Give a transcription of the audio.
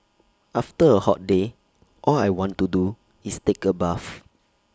after A hot day all I want to do is take A bath